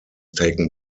taken